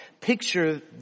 picture